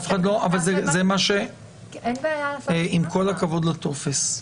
עם כל הכבוד לטופס,